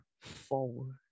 forward